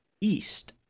East